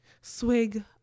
Swig